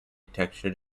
textured